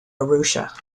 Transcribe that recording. arusha